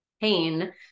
pain